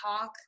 talk